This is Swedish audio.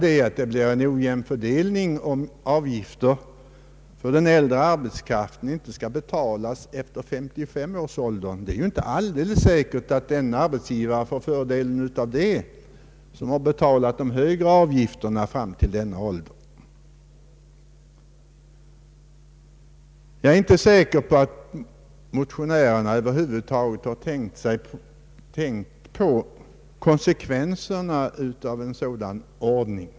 Det kan emellertid bli en ojämn fördelning av en sådan befrielse för arbetskraft efter 55 års ålder, eftersom det inte är säkert att den arbetsgivare som har betalat de högre avgifterna fram till denna ålder får fördelen av befrielsen. Jag är inte säker på att motionärerna har tänkt på konsekvenserna av en sådan ordning.